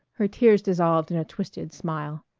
her tears dissolved in a twisted smile.